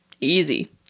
Easy